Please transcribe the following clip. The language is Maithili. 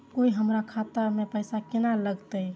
कोय हमरा खाता में पैसा केना लगते?